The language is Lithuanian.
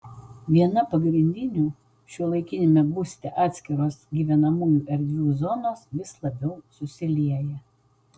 viena pagrindinių šiuolaikiniame būste atskiros gyvenamųjų erdvių zonos vis labiau susilieja